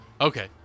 Okay